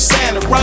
Santa